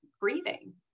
grieving